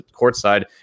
courtside